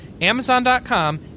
Amazon.com